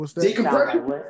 Decompression